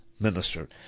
minister